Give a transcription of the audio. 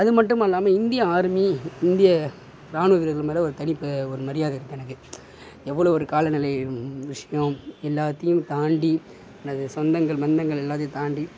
அதுமட்டுமல்லாமல் இந்திய ஆர்மி இந்திய ராணுவ வீரர்கள் மேலே ஒரு தனி ஒரு மரியாதை இருக்கு எனக்கு எவ்வளோ ஒரு காலநிலையும் விஷயம் எல்லாத்தையும் தாண்டி எனது சொந்தங்கள் பந்தங்கள் எல்லாத்தையும் தாண்டி